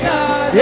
God